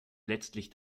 letztlich